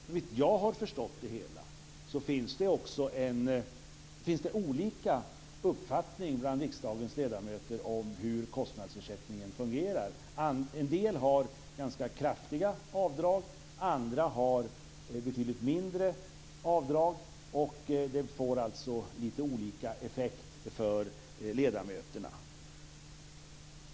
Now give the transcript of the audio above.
Såvitt jag har förstått finns det olika uppfattningar bland riksdagens ledamöter om hur kostnadsersättningen fungerar. En del har ganska kraftiga avdrag, andra har betydligt mindre. Det får alltså lite olika effekt för ledamöterna.